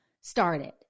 started